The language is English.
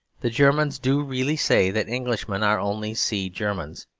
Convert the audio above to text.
the germans do really say that englishmen are only sea-germans,